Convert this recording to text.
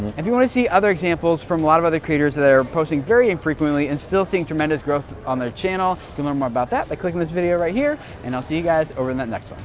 if you wanna see other examples from a lot of other creators that are posting very infrequently and still seeing tremendous growth on their channel, you can learn more about that by clicking this video right here and i'll see you guys over in that next one.